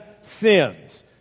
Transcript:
sins